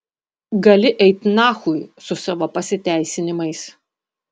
gali eit nachui su savo pasiteisinimais